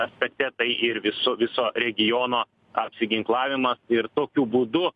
aspekte tai ir visu viso regiono apsiginklavimas ir tokiu būdu